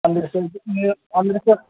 ಅಂದರೆ ಸರ್ ಇದು ನೀವು ಅಂದರೆ ಸರ್